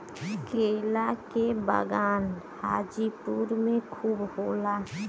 केला के बगान हाजीपुर में खूब होला